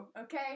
okay